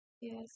Yes